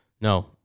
no